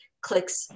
clicks